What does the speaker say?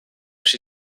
się